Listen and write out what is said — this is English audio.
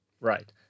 Right